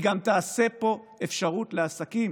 והיא גם תעשה פה אפשרות לעסקים